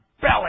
belly